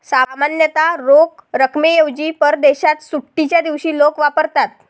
सामान्यतः रोख रकमेऐवजी परदेशात सुट्टीच्या दिवशी लोक वापरतात